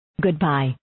Goodbye